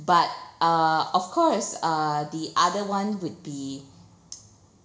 but uh of course uh the other one would be